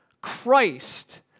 Christ